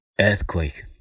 earthquake